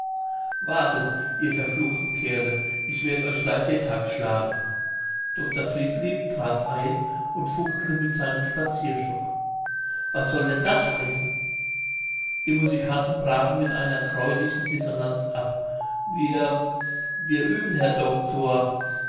wartet ihr verfluchten kerle ich werd euch gleich den takt schlagen dr friedlieb trat ein und fuchtelte mit seinem spazierstock was soll denn das heißen die musikanten brachen mit einer greulichen dissonanz ab wir wir üben herr doktor